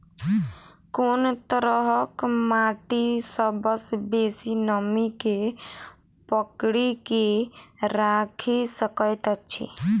कोन तरहक माटि सबसँ बेसी नमी केँ पकड़ि केँ राखि सकैत अछि?